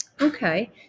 Okay